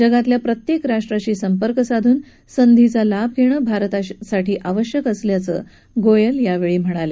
जगातल्या प्रत्येक राष्ट्राशी संपर्क साधून संधीचा लाभ घेणं भारतासाठी आवश्यक असल्याचं गोयल यावेळी म्हणाले